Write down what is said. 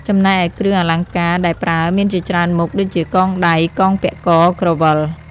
ចំណែកឯគ្រឿងអលង្ការដែលប្រើមានជាច្រើនមុខ ដូចជា កងដៃ កងពាក់ក ក្រវិល។